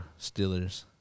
Steelers